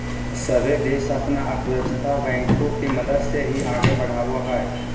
सभे देश अपन अर्थव्यवस्था बैंको के मदद से ही आगे बढ़ावो हय